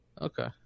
Okay